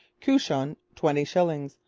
couchon twenty shillings,